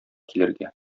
килергә